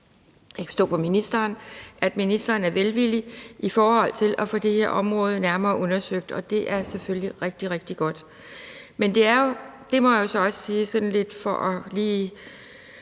at ministeren er velvillig over for at få det her område nærmere undersøgt, og det er selvfølgelig rigtig, rigtig godt. Men jeg må så også sige, sådan lidt for lige